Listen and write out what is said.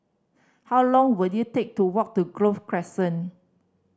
how long will it take to walk to Grove Crescent